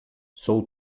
sou